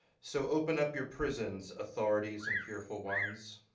so open up your prisons, authorities and fearful ones.